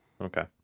Okay